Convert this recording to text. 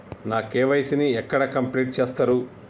నా కే.వై.సీ ని ఎక్కడ కంప్లీట్ చేస్తరు?